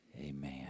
Amen